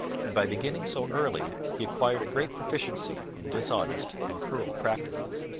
and by beginning so early he acquired a great proficiency in dishonest and cruel practices.